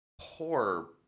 poor